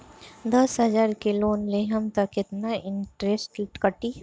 दस हजार के लोन लेहम त कितना इनट्रेस कटी?